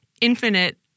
infinite